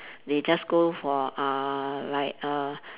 they just go for uh like uh